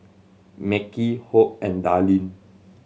Mekhi Hope and Darlene